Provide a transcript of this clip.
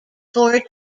four